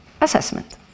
assessment